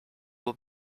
will